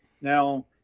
Now